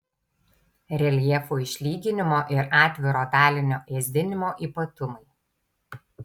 reljefo išlyginimo ir atviro dalinio ėsdinimo ypatumai